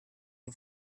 che